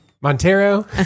Montero